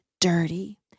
dirty